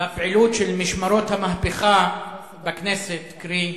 בפעילות של משמרות המהפכה בכנסת, קרי,